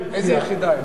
אני מציע,